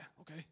okay